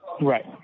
right